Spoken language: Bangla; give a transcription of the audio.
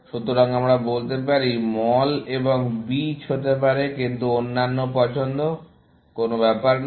সুতরাং আমরা বলতে পারি মল এবং বিচ হতে পারে কিছু অন্যান্য পছন্দ কোন ব্যাপার না